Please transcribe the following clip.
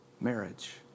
marriage